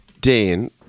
Dan